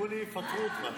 יפטרו אותך.